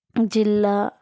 జిల్లా